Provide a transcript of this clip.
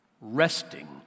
resting